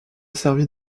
servi